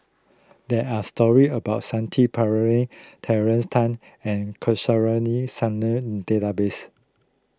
there are stories about Shanti Pereira Tracey Tan and Kamsari Salam in the database